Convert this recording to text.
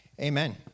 amen